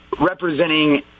representing